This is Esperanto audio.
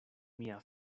mia